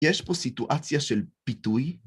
יש פה סיטואציה של פיתוי